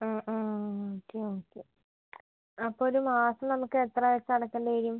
okay okay അപ്പോൾ ഒരുമാസം നമുക്ക് എത്രവെച്ചു അടക്കേണ്ടിവരും